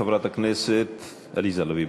חברת הכנסת עליזה לביא,